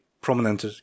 prominent